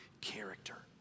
character